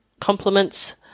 compliments